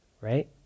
Right